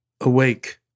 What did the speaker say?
Awake